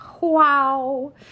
Wow